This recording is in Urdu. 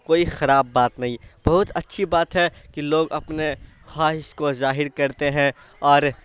کوئی خراب بات نہیں بہت اچھی بات ہے کہ لوگ اپنے خواہش کو ظاہر کرتے ہیں اور